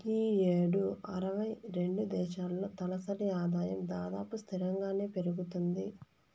ఈ యేడు అరవై రెండు దేశాల్లో తలసరి ఆదాయం దాదాపు స్తిరంగానే పెరగతాంది